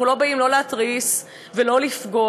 אנחנו לא באים לא להתריס ולא לפגוע,